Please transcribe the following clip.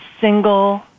single